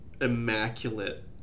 immaculate